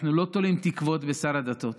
אנחנו לא תולים תקוות בשר הדתות.